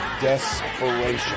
desperation